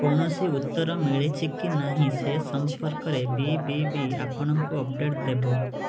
କୌଣସି ଉତ୍ତର ମିଳିଛି କି ନାହିଁ ସେ ସମ୍ପର୍କରେ ବି ବି ବି ଆପଣଙ୍କୁ ଅପଡ଼େଟ୍ ଦେବ